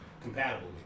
compatible